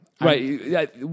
Right